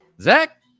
Zach